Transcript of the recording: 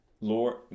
Lord